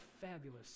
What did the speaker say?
fabulous